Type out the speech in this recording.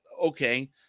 okay